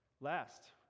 Last